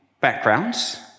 backgrounds